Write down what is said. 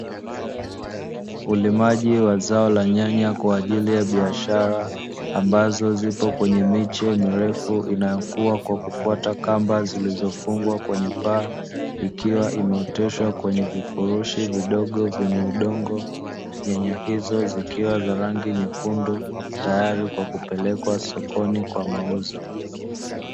Ulimaji wa zao la nyanya kwa ajili ya biashara, ambazo zipo kwenye miche mirefu inayokuwa kwa kufuata kamba zilizofungwa kwenye paa, ikiwa imeoteshwa kwenye vifurushi vidogo vyenye udongo. Nyanya hizo zikiwa za rangi nyekundu tayari kwa kupelekwa sokoni kwa mauzo.